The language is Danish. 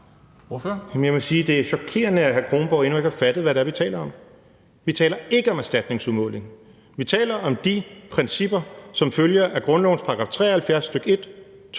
det er chokerende, at hr. Anders Kronborg endnu ikke har fattet, hvad det er, vi taler om. Vi taler ikke om erstatningsudmåling. Vi taler om de principper, som følger af grundlovens § 73, stk. 1, stk.